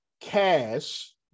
cash